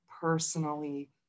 personally